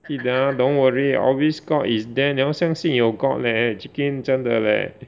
记得 ah don't worry always god is there 你要相信有 god leh Chee Kin 真的 leh